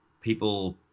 people